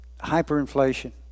hyperinflation